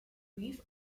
brief